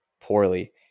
poorly